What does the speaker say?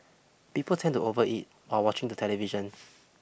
people tend to overeat while watching the television